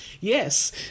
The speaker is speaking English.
Yes